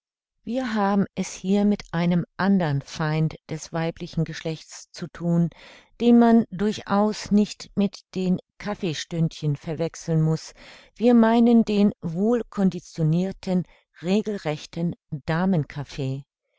wir haben es hier mit einem andern feind des weiblichen geschlechts zu thun den man durchaus nicht mit den kaffeestündchen verwechseln muß wir meinen den wohlconditionirten regelrechten